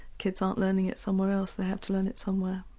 kids aren't learning it somewhere else they have to learn it somewhere.